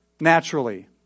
Naturally